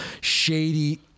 shady